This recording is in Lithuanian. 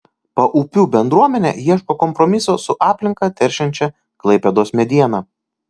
paupių bendruomenė ieško kompromiso su aplinką teršiančia klaipėdos mediena